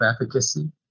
efficacy